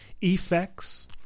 effects